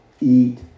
eat